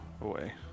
away